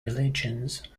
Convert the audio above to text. religions